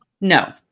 No